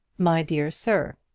my dear sir,